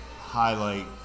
highlight